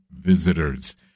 visitors